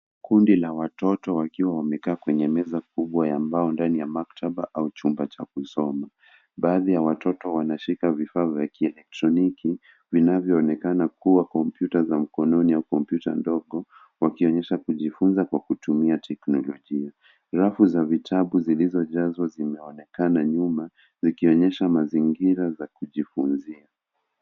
Kundi la watoto wakiwa wamekaa kwenye meza kubwa ya mbao ndani ya maktaba au chumba cha kusoma. Baadhi ya watoto wanashika vifaa vya kielektroniki vinavyoonekana kuwa kompyuta za mkononi au kompyuta ndogo, wakionyesha kujifunza kwa kutumia teknolojia. Rafu za vitabu zilizojazwa zinaonekana nyuma, zikionyesha mazingira za kujifunzia.